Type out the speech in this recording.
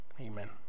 Amen